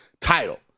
title